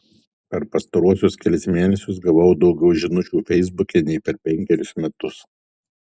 per pastaruosius kelis mėnesius gavau daugiau žinučių feisbuke nei per penkerius metus